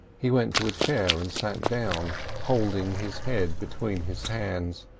he went to a chair and sat down, holding his head between his hands,